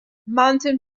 mountain